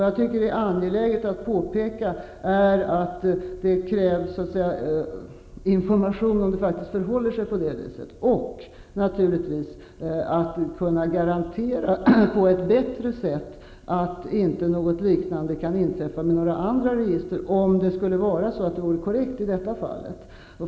Jag tycker att det är angeläget att påpeka att det krävs information om huruvida det faktiskt förhåller sig på detta sätt och naturligtvis att man på ett bättre sätt kan garantera att något liknande inte kan inträffa med några andra register, om detta är korrekt i detta fall.